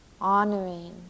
honoring